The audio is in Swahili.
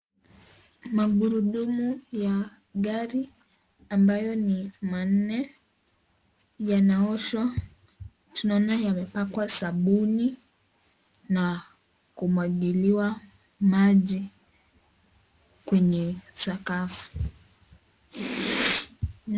Magurudumu ya gari ambayo ni manne yanaoshwa, tunaona yamepakwa sabuni na kumwagiliwa maji kwenye sakafu.